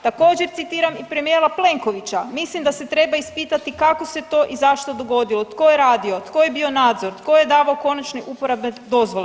Također citiram i premijera Plenkovića mislim da se treba ispitati kako se to i zašto dogodilo, tko je radio, tko je bio nadzor, tko je davao konačne uporabne dozvole.